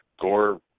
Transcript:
Gore